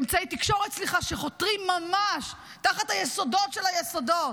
באמצעי תקשורת שחותרים ממש תחת היסודות של היסודות,